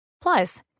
Plus